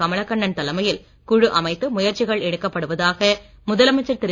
கமலக் கண்ணன் தலைமையில் குழு அமைத்து முயற்சிகள் எடுக்கப்படுவதாக முதலமைச்சர் திரு